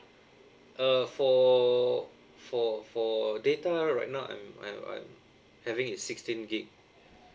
uh for for for data right now I'm I'm I'm having a sixteen gig